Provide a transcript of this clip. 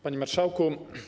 Panie Marszałku!